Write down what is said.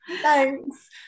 Thanks